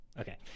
okay